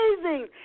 amazing